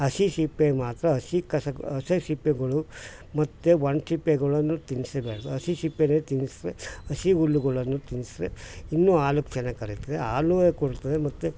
ಹಸಿ ಸಿಪ್ಪೆ ಮಾತ್ರ ಹಸಿ ಕಸಗ್ ಹಸಿ ಸಿಪ್ಪೆಗಳು ಮತ್ತು ಒಣ ಸಿಪ್ಪೆಗಳನ್ನು ತಿನ್ನಿಸ್ಲೇಬಾರ್ದು ಹಸಿ ಸಿಪ್ಪೆನೆ ತಿನ್ಸಿದ್ರೆ ಹಸಿ ಹುಲ್ಲುಗಳನ್ನು ತಿನ್ಸಿದ್ರೆ ಇನ್ನೂ ಹಾಲು ಚೆನ್ನಾಗಿ ಕರಿತದೆ ಹಾಲುವೆ ಕೊಡ್ತದೆ ಮತ್ತು